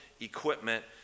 equipment